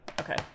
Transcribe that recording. Okay